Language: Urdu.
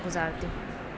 گزارتی ہوں